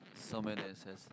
somewhere that has